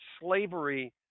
slavery